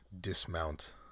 dismount